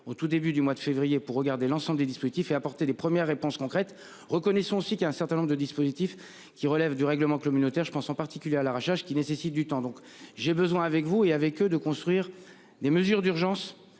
au tout début du mois de février pour regarder l'ensemble des dispositifs et apporter les premières réponses concrètes reconnaissons aussi qu'il y a un certain nombre de dispositifs qui relève du règlement communautaire, je pense en particulier à l'arrachage qui nécessite du temps donc j'ai besoin avec vous et avec eux de construire des mesures d'urgence